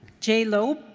jay lope?